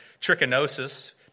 trichinosis